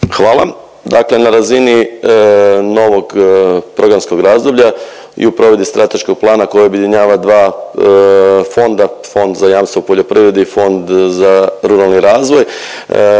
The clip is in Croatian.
Hvala. Dakle, na razini novog programskog razdoblja i u provedbi strateškog plana koji objedinjava dva fonda, Fond za jamstvo u poljoprivredi i Fond za ruralni razvoj